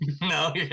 No